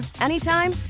anytime